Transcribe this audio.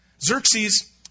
Xerxes